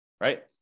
right